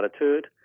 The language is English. attitude